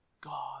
God